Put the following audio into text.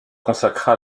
consacra